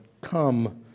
come